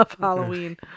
Halloween